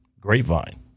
Grapevine